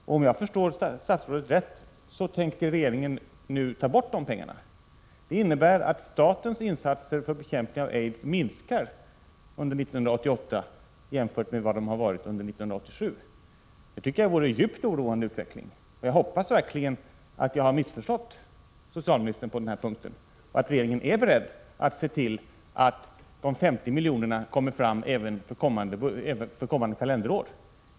Om jag förstår statsrådet rätt tänker regeringen nu ta bort de pengarna, och det innebär att statens insatser för att bekämpa aids minskar under 1988 jämfört med under 1987. Det tycker jag vore en djupt oroande utveckling. Jag hoppas verkligen att jag har missförstått socialministern på den punkten och att regeringen är beredd att se till att de 50 miljonerna kommer att tas fram även för kommande kalenderår.